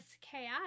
chaotic